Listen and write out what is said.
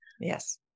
Yes